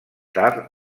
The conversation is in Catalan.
tard